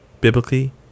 biblically